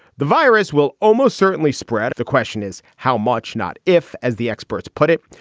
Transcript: the virus will almost certainly spread. the question is how much not? if, as the experts put it,